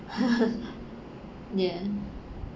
ya